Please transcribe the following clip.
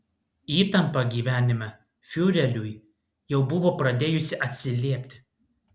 įtampa gyvenime fiureriui jau buvo pradėjusi atsiliepti